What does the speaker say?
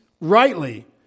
rightly